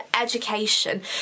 education